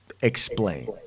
explain